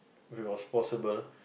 it was possible